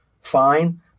fine